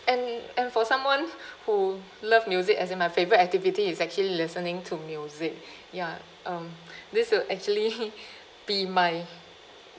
and and for someone who love music as in my favorite activity is actually listening to music ya um this will actually be my